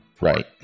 Right